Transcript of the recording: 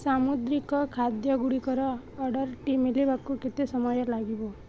ସାମୁଦ୍ରିକ ଖାଦ୍ୟଗୁଡ଼ିକର ଅର୍ଡ଼ର୍ଟି ମିଳିବାକୁ କେତେ ସମୟ ଲାଗିବ